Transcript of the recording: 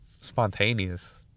spontaneous